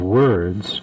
words